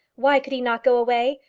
why could he not go away?